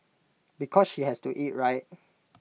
because she has to eat right